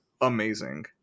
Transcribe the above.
amazing